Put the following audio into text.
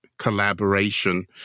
Collaboration